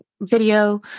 video